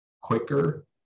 quicker